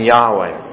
Yahweh